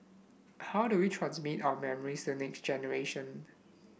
how do we transmit our memories to next generation